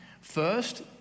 First